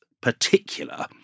particular